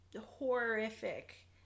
horrific